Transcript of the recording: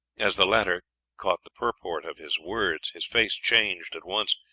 as the latter caught the purport of his words his face changed at once,